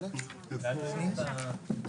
נכות) (מתן שירותים מיוחדים).